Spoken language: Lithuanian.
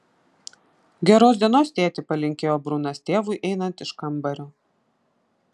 geros dienos tėti palinkėjo brunas tėvui einant iš kambario